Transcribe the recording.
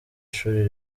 shuri